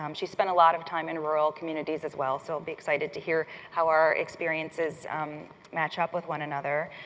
um she spent a lot of time in rural communities as well, so i'll be excited to hear how our experiences match up with one another.